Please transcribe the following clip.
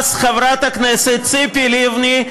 אז חברת הכנסת ציפי לבני,